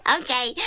Okay